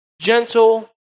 gentle